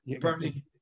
Bernie